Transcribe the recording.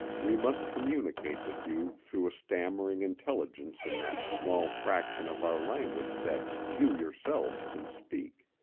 we must communicate with you through a stammering intelligence in that small fraction of our language that you yourselves can speak.